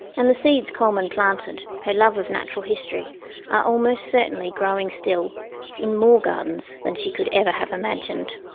and the seeds coleman planted, her love of natural history are almost certainly growing still in more gardens than she could ever have imagined.